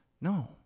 No